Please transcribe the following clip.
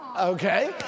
Okay